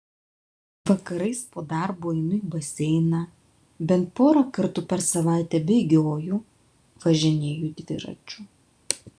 vakarais po darbo einu į baseiną bent porą kartų per savaitę bėgioju važinėju dviračiu